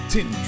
Ten